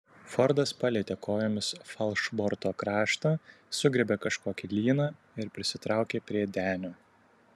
fordas palietė kojomis falšborto kraštą sugriebė kažkokį lyną ir prisitraukė prie denio